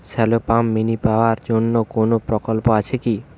Shallow pump mini power জন্য কোনো প্রকল্প আছে কি?